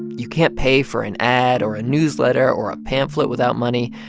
you can't pay for an ad or a newsletter or a pamphlet without money.